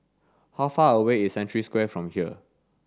how far away is Century Square from here